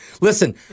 Listen